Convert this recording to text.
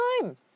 time